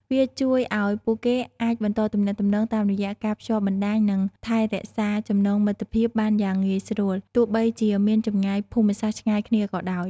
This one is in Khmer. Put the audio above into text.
វាជួយឲ្យពួកគេអាចបន្តទំនាក់ទំនង តាមរយះការភ្ជាប់បណ្តាញ និងថែរក្សាចំណងមិត្តភាពបានយ៉ាងងាយស្រួល ទោះបីជាមានចម្ងាយភូមិសាស្ត្រឆ្ងាយគ្នាក៏ដោយ ។